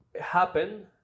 happen